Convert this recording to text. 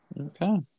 Okay